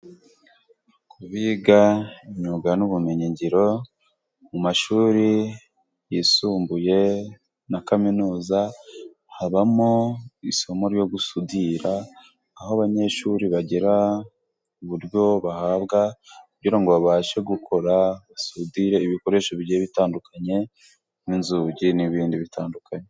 Ku biga imyuga n'ubumenyingiro mu mashuri yisumbuye na kaminuza habamo isomo ryo gusudira, aho abanyeshuri bagira uburyo bahabwa kugira ngo babashe gukora sudire y'ibikoresho bigiye bitandukanye n'inzugi n'ibindi bitandukanye.